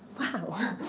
wow.